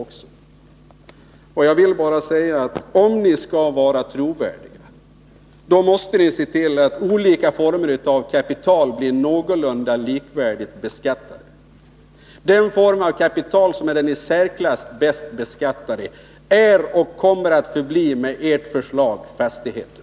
Om ni skall vara trovärdiga måste ni se till att olika former av kapital blir någorlunda likvärdigt beskattade. Den form av kapital som är i särklass förmånligast beskattad är och kommer med ert förslag att förbli fastigheter.